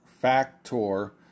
factor